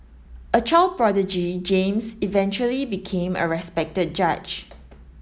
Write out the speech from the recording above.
a child prodigy James eventually became a respected judge